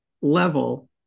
level